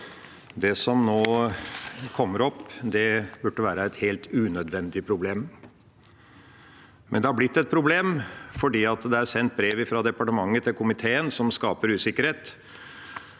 Det som nå kommer opp, burde være et helt unødvendig problem, men det har blitt et problem fordi det er sendt brev fra departementet til komiteen som skaper usikkerhet